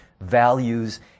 values